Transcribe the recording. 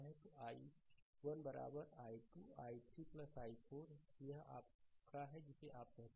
तो i1 बराबर 2 i3 i4 है यह आपका है जिसे आप कहते हैं